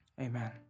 amen